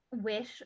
wish